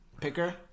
picker